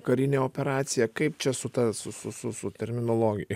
karinė operacija kaip čia su ta su su su su terminologija